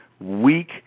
weak